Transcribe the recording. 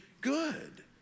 good